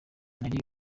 nari